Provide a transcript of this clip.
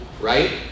right